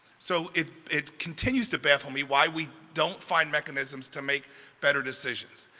so it it continues to baffle me why we don't find mechanisms to make better decisions.